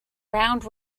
round